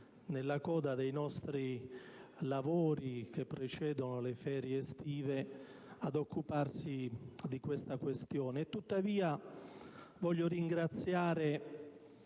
nella coda dei lavori che precedono le ferie estive, ad occuparsi di tale questione. Tuttavia voglio ringraziare